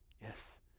yes